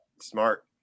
Smart